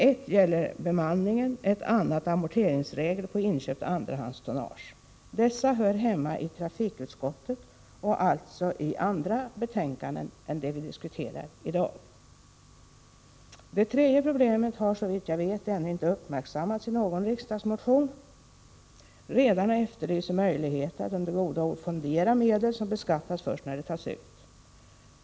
Ett problem gäller bemanningen, ett annat gäller amorteringsregler för inköpt andrahandstonnage. Dessa frågor hör hemma i trafikutskottet och alltså i andra betänkanden än de vi diskuterar i dag. Det tredje problemet har, såvitt jag vet, ännu inte uppmärksammats i någon riksdagsmotion. Redarna efterlyser möjligheter att under goda år fondera medel som beskattas först när de tas ut.